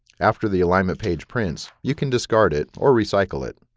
after the alignment page prints you can discard it or recycle it.